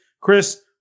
Chris